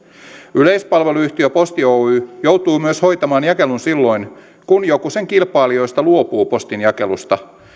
yleispalveluyhtiö posti oy joutuu myös hoitamaan jakelun silloin kun joku sen kilpailijoista luopuu postinjakelusta